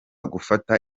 gufata